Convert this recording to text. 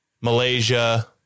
Malaysia